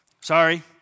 sorry